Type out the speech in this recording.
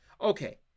Okay